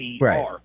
right